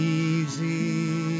easy